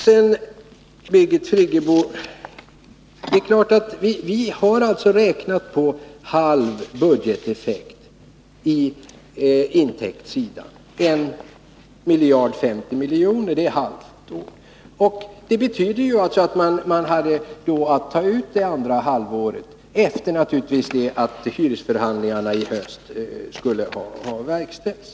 Det är klart, Birgit Friggebo, att vi har räknat på halv budgeteffekt på intäktssidan — 1 miljard 50 miljoner. Det betyder att man hade att ta ut det andra halvåret efter de hyresförhandlingar som skulle ha genomförts i höst.